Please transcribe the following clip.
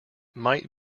might